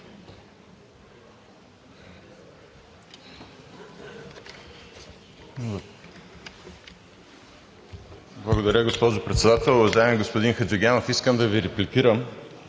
Благодаря, госпожо Председател. Уважаеми господин Хаджигенов, искам да Ви репликирам: